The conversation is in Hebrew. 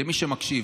למי שמקשיב.